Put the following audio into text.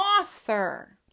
author